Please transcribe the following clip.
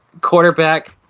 Quarterback